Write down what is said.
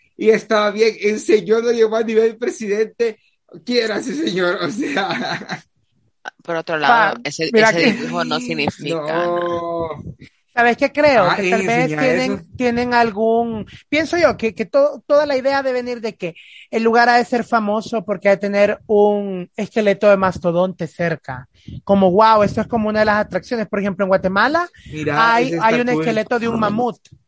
y estaba bien, el señor lo llevó a nivel presidente, quiera ese señor, o sea. Ah, por otro lado, Pa- ese- mira ese que- dibujo no significa nada. No. ¿Sabes qué creo? Ah, Que tal vez enseña tienen- eso. tienen algún- pienso yo que- que todo- toda la idea de venir de que el lugar ha de ser famoso, porque ha de tener un esqueleto de mastodonte cerca, como, "Guau, esto es como una de las atracciones", por ejemplo, en Guatemala, Mira, hay- ese está hay un cool. esqueleto de un mamut.